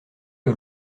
que